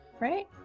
right